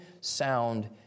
sound